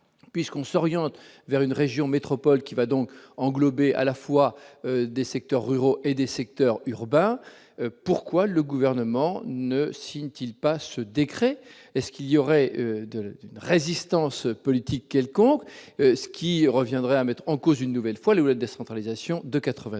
puisqu'on s'oriente vers une région métropole qui va donc englober à la fois des secteurs ruraux et des secteurs urbains, pourquoi le gouvernement ne signe-t-il pas ce décret est ce qu'il y aurait de d'une résistance politique quelconque, ce qui reviendrait à mettre en cause une nouvelle fois le OM décentralisation de 82